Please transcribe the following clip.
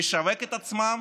לשווק את עצמם